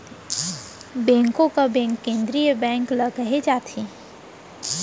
बेंको का बेंक केंद्रीय बेंक ल केहे जाथे